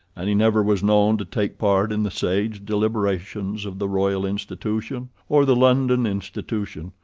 and he never was known to take part in the sage deliberations of the royal institution or the london institution,